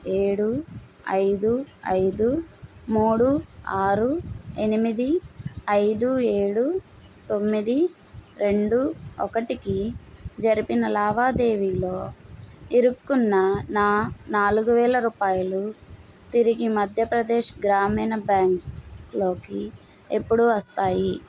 ఏడు ఐదు ఐదు మూడు ఆరు ఎనిమిది ఐదు ఏడు తొమ్మిది రెండు ఒకటికి జరిపిన లావాదేవీలో ఇరుక్కున్న నా నాలుగువేల రూపాయలు తిరిగి మధ్యప్రదేశ్ గ్రామీణ బ్యాంక్లోకి ఎప్పుడు వస్తాయి